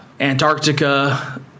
Antarctica